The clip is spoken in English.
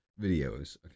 videos